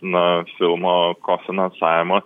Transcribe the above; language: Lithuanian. na filmo kofinansavimo